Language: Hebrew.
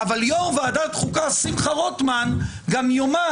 אבל יושב-ראש ועדת החוקה שמחה רוטמן גם יאמר